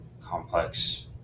complex